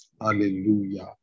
Hallelujah